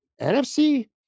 NFC